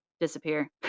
disappear